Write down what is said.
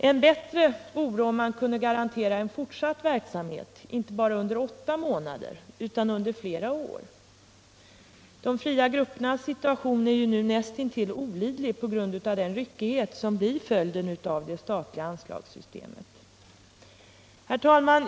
Ännu bättre vore om man kunde garantera den en fortsatt verksamhet, inte bara under åtta månader utan under flera år. De fria teatergruppernas situation är nu näst intill olidlig på grund av den ryckighet som blir följden av det statliga anslagssystemet. Herr talman!